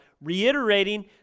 reiterating